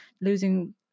losing